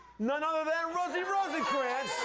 none other than rosie rosenkrantz.